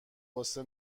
غصه